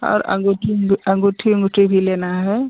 और अँगूठी अँगूठी ओंगूठी भी लेना है